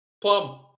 Plum